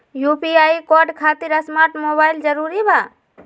UPI code खातिर smart mobile जरूरी बा?